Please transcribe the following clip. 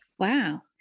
Wow